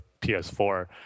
PS4